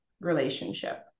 relationship